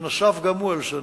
ונוסף גם הוא על שונאינו.